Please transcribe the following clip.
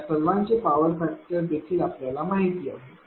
या सर्वांचे power factor देखील आपल्याला माहिती आहेत